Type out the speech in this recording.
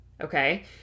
Okay